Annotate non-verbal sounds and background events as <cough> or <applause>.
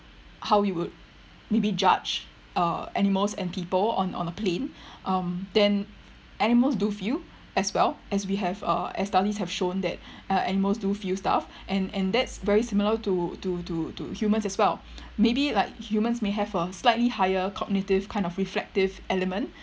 how we would maybe judge uh animals and people on on a plane <breath> um then animals do feel as well as we have uh as studies have shown that <breath> uh animals do feel stuff and and that's very similar to to to to humans as well maybe like humans may have a slightly higher cognitive kind of reflective element